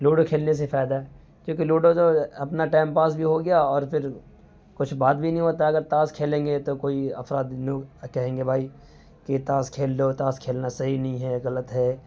ludo کھیلنے سے فائدہ ہے کیونکہ لوڈو جو اپنا ٹائم پاس بھی ہو گیا اور پھر کچھ بات بھی نہیں ہوتا اگر تاش کھیلیں گے تو کوئی افراد کہیں گے بھائی کہ تاش کھیل رہے ہو تاش کھیلنا صحیح نہیں ہے غلط ہے